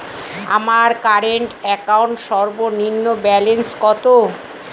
আমার current account সর্বনিম্ন balance কত?